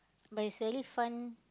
but it's really fun